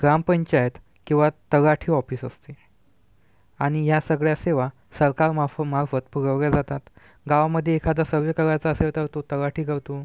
ग्रामपंचायत किंवा तलाठी ऑफिस असते आणि या सगळ्या सेवा सरकार मार्फ मार्फत पुरवल्या जातात गावांमध्ये एखादा सर्वे करायचा असेल तर तो तलाठी करतो